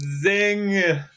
Zing